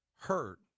hurt